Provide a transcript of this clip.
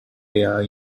their